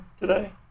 today